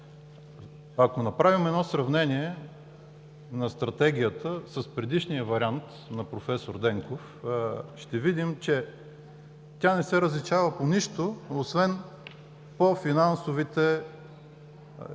Ако направим едно сравнение на Стратегията с предишния вариант на проф. Денков, ще видим, че тя не се различава по нищо, освен по финансовите изражения,